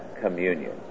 communion